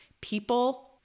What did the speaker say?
people